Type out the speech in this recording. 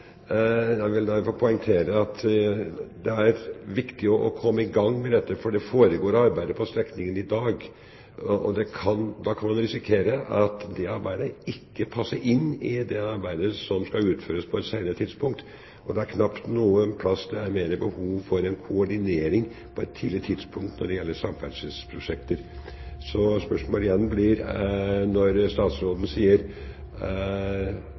Jeg vil derfor poengtere at det er viktig å komme i gang med dette, for det foregår arbeid på strekningen i dag, og da kan man risikere at det arbeidet ikke passer inn i det arbeidet som skal utføres på et senere tidspunkt. Det er knapt noen plass det er mer behov for en koordinering på et tidlig tidspunkt når det gjelder samferdselsprosjekter. Spørsmålet blir: Når statsråden sier